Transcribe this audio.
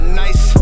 nice